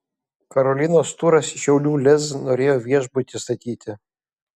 karolinos turas šiaulių lez norėjo viešbutį statyti